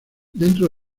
dentro